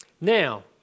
Now